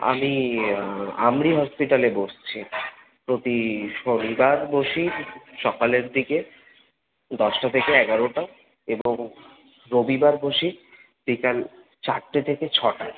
আমি আমরি হসপিটালে বসছি প্রতি শনিবার বসি সকালের দিকে দশটা থেকে এগারোটা এবং রবিবার বসি বিকেল চারটে থেকে ছটা